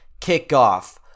kickoff